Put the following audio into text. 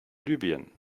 libyen